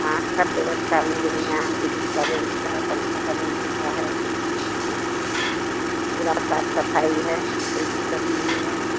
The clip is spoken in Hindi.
हाँ सब व्यवस्था मिलेगी यहाँ ऐ सी का व्यवस्था है पंखा का व्यवस्था है पूरा साफ सफाई है कोई दिक्कत नहीं है